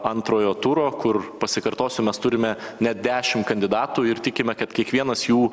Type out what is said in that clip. antrojo turo kur pasikartosiu mes turime net dešim kandidatų ir tikime kad kiekvienas jų